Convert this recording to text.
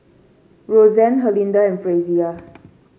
Roxane Herlinda and Frazier